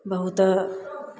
बहुत